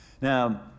Now